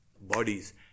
bodies